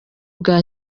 bwa